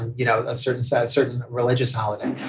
you know, a certain size, certain religious holiday.